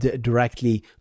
directly